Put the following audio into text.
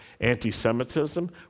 anti-Semitism